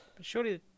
surely